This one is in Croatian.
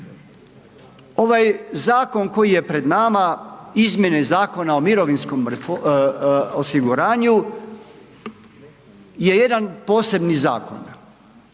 Ovaj zakon koji je pred nama, izmjene Zakona o mirovinskom osiguranju je jedan posebni zakon,